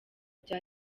bya